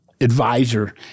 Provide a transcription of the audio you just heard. advisor